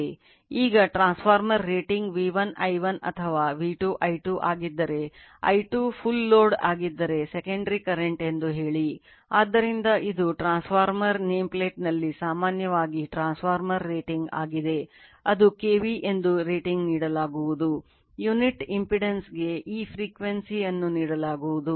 ಈಗ transformer rating V1 I1 ಅಥವಾ V2 I2 ಆಗಿದ್ದರೆ I2 full ಅನ್ನು ನೀಡಲಾಗುವುದು